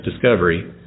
discovery